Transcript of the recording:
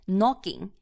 Knocking